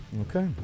Okay